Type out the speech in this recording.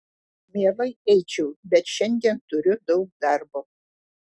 mielai eičiau bet šiandien turiu daug darbo